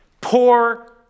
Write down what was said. Poor